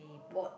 bought